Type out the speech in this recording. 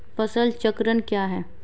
फसल चक्रण क्या है?